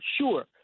sure